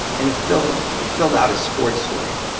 and it filled it filled out a sports story.